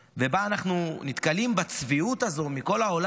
שבה אנחנו נתקלים בצביעות הזו מכל העולם,